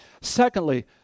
secondly